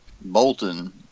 Bolton